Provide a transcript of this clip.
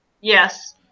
Yes